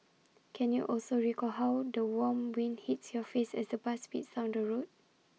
can you also recall how the warm wind hits your face as the bus speeds down the road